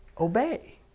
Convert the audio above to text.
obey